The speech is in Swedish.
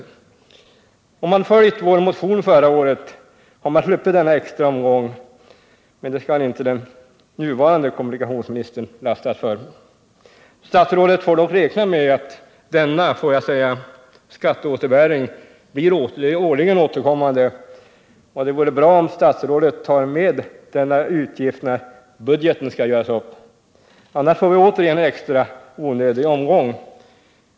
Om riksdagen hade följt vår motion förra året, hade vi sluppit denna extra omgång, men det skall inte den nuvarande kommunikationsministern lastas för. Statsrådet får dock räkna med att denna, får jag säga, skatteåterbäring blir årligen återkommande, och det vore bra om statsrådet tar med denna utgift när budgeten skall göras upp. Annars får vi återigen en extra onödig omgång.